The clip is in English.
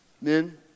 Men